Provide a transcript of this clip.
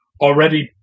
already